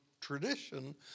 Tradition